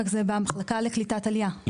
רק זה במחלקה לקליטת עלייה,